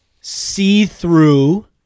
see-through